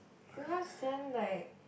because then like